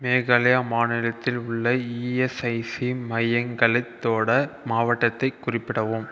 மேகாலயா மாநிலத்தில் உள்ள இஎஸ்ஐசி மையங்களத்தோட மாவட்டத்தை குறிப்பிடவும்